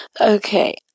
Okay